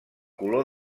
color